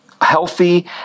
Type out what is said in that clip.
Healthy